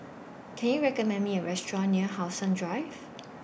Can YOU recommend Me A Restaurant near How Sun Drive